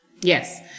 Yes